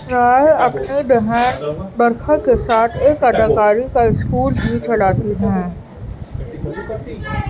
رائے اپنی بہن برکھا کے ساتھ ایک اداکاری کا اسکول بھی چلاتی ہیں